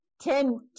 Ten